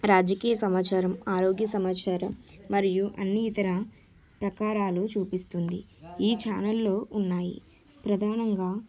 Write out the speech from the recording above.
రాజకీయ సమాచారం ఆరోగ్య సమాచారం మరియు అన్నీ ఇతర ప్రాకారాలు చూపిస్తుంది ఈ ఛానల్లో ఉన్నాయి ప్రధానంగా